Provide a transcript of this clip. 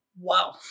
Wow